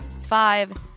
Five